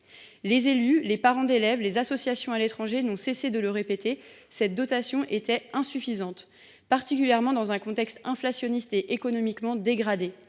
Les élus, les parents d’élèves, les associations à l’étranger n’ont cessé de le répéter : cette dotation était insuffisante, particulièrement dans un contexte inflationniste et économiquement dégradé.